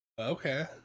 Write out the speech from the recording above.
Okay